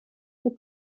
mit